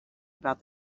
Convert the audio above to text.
about